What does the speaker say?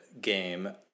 game